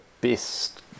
best